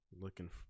Looking